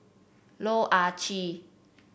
Loh Ah Chee